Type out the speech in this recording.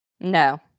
No